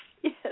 Yes